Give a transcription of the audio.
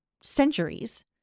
centuries